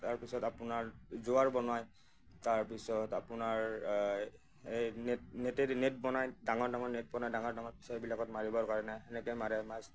তাৰ পিছত আপোনাৰ জোৱাৰ বনোৱা যায় তাৰ পিছত আপোনাৰ এই নেটদি দি নেট বনাই ডাঙৰ ডাঙৰ নেট বনাই ডাঙৰ ডাঙৰ ফিছাৰিবিলাকত মাৰিবৰ কাৰণে সেনেকৈ মাৰে মাছ